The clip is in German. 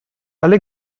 alle